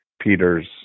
Peter's